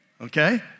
Okay